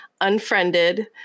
unfriended